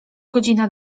godzina